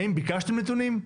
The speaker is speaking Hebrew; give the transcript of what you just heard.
האם ביקשתם נתונים?